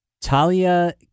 Talia